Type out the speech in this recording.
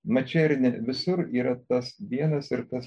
mačernį visur yra tas vienas ir tas